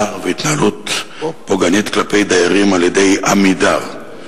והתנהלות פוגענית כלפי דיירים על-ידי "עמידר".